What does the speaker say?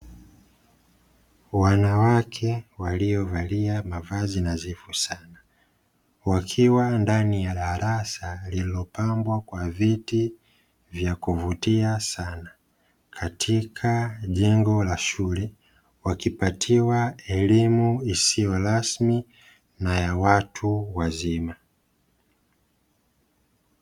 Wanawake waliovalia mavazi nadhifu sana, wakiwa ndani ya darasa lililopambwa kwa viti vya kuvutia sana katika jengo la shule, wakipatiwa elimu isiyo rasmi na ya watu wazima.